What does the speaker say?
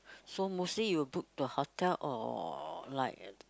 so mostly you will book the hotel or like